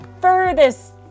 furthest